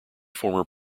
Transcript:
former